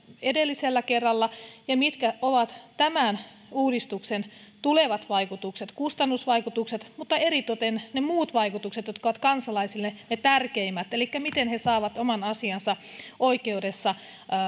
edellisellä kerralla ja mitkä ovat tämän uudistuksen tulevat vaikutukset kustannusvaikutukset mutta eritoten ne muut vaikutukset jotka ovat kansalaisille tärkeimpiä elikkä miten ja missä ajassa he saavat oman asiansa oikeudessa